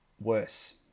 worse